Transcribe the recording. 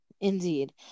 Indeed